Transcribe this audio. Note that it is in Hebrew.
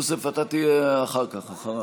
יוסף, אתה תהיה אחר כך, אחריו.